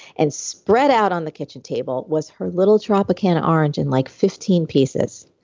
and spread out on the kitchen table was her little tropicana orange in like fifteen pieces.